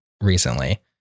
recently